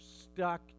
stuck